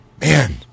man